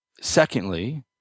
secondly